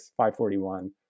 541